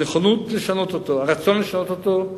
הנכונות לשנות אותו, הרצון לשנות אותו,